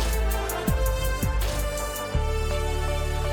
אני קובעת בזה כי החלטת ועדת הכנסת התקבלה.